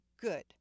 good